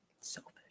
Selfish